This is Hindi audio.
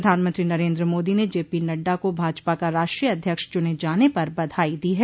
प्रधानमंत्री नरेन्द्र मोदी ने जेपी नड्डा को भाजपा का राष्ट्रीय अध्यक्ष चुने जाने पर बधाई दी है